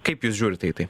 kaip jūs žiūrite į tai